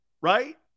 Right